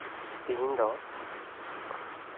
ᱛᱮᱦᱤᱧ ᱫᱚ